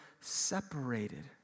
separated